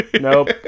Nope